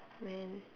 man